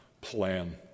plan